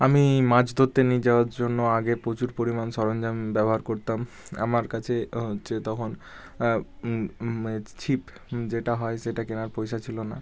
আমি মাছ ধরতে নিই যাওয়ার জন্য আগে প্রচুর পরিমাণ সরঞ্জাম ব্যবহার করতাম আমার কাছে হচ্ছে তখন ছিপ যেটা হয় সেটা কেনার পয়সা ছিল না